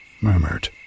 murmured